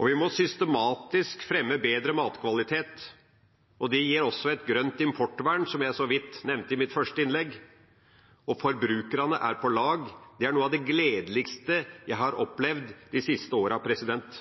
Vi må systematisk fremme bedre matkvalitet. Det gir også et grønt importvern, som jeg så vidt nevnte i mitt første innlegg. Og forbrukerne er på lag. Det er noe av det gledeligste jeg har opplevd de siste